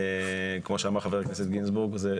כמו שאמר חבר הכנסת גינזבורג.